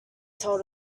told